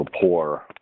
poor